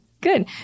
Good